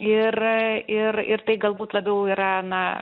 ir ir ir tai galbūt labiau yra na